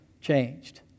changed